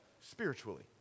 spiritually